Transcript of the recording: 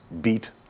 beat